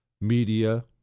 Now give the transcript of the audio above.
media